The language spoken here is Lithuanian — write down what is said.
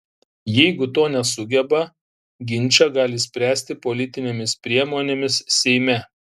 jeigu to nesugeba ginčą gali spręsti politinėmis priemonėmis seime